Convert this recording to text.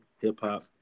hip-hop